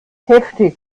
heftig